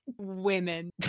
women